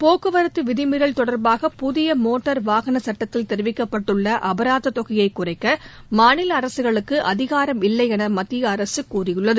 போக்குவரத்து விதிமீறல் தொடர்பாக புதிய மோட்டார் வாகன சுட்டத்தில் தெரிவிக்கப்பட்டுள்ள அபராதத் தொகையை குறைக்க மாநில அரசுகளுக்கு அதிகாரம் இல்லை என மத்திய அரசு கூறியுள்ளது